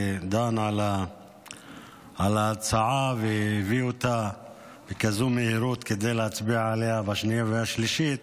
שדן על ההצעה והביא אותה בכזאת מהירות כדי להצביע עליה בשנייה והשלישית,